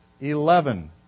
eleven